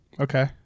Okay